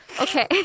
Okay